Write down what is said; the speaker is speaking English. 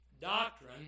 doctrine